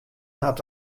hat